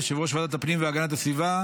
יושב-ראש ועדת הפנים והגנת הסביבה